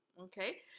okay